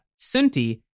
Sunti